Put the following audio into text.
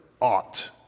ought